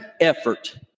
effort